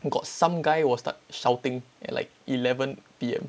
got some guy will start shouting at like eleven P_M